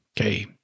okay